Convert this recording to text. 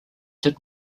did